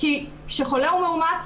כי כשחולה הוא מאומת,